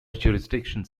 jurisdictions